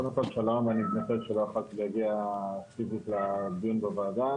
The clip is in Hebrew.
חשוב להבין שהעובדים הם תחת עומסים אדירים ועובדים קשה,